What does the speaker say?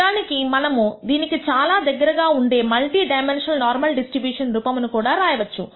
నిజానికి మనము దీనికి చాలా దగ్గరగా ఉండే మల్టీ డైమెన్షనల్ నార్మల్ డిస్ట్రిబ్యూషన్ రూపమును కూడా రాయవచ్చు